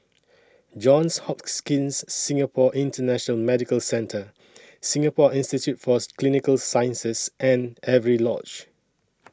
Johns Hopkins Singapore International Medical Centre Singapore Institute For Clinical Sciences and Avery Lodge